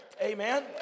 Amen